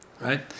right